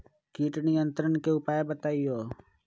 किट नियंत्रण के उपाय बतइयो?